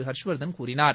ஹர்ஷ்வர்தன் கூறினார்